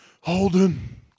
Holden